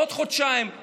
עוד חודשיים,